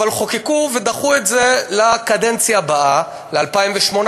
אבל חוקקו ודחו את זה לקדנציה הבאה, ל-2018,